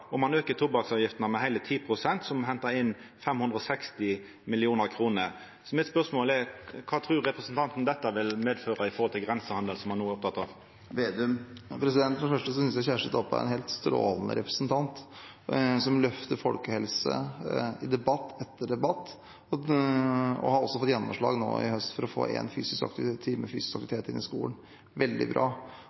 og ein aukar tobakksavgiftene med heile 10 pst., som hentar inn 560 mill. kr. Mitt spørsmål er: Kva trur representanten dette vil føre til for grensehandelen, som han no er oppteken av? For det første synes jeg Kjersti Toppe er en helt strålende representant, som løfter folkehelse i debatt etter debatt, og hun har også fått gjennomslag nå i høst for å få én time fysisk aktivitet inn i skolen. Veldig bra!